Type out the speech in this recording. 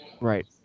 right